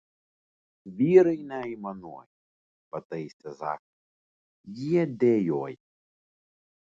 vyrai neaimanuoja pataisė zakas jie dejuoja